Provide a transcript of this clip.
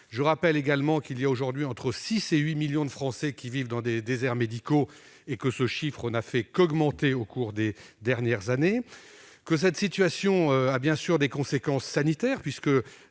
Je rappelle également que, aujourd'hui, entre 6 et 8 millions de Français vivent dans des déserts médicaux et que ce nombre n'a fait qu'augmenter au cours des dernières années. Cette situation a bien sûr des conséquences sanitaires,